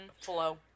flow